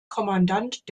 kommandant